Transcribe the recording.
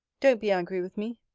don't be angry with me.